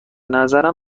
نظر